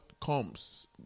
comes